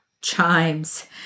chimes